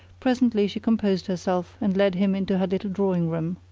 presently she composed herself, and led him into her little drawing-room.